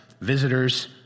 Visitors